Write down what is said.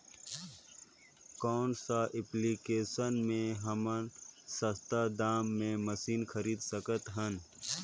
कौन सा एप्लिकेशन मे हमन सस्ता दाम मे मशीन खरीद सकत हन?